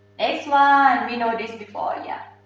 next one, we know this before, yeah.